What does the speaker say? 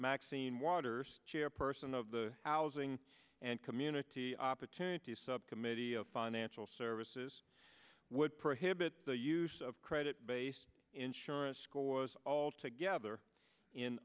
maxine waters chairperson of the housing and community opportunity subcommittee of financial services would prohibit the use of credit based insurance scores all together in